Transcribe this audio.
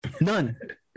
None